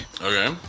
Okay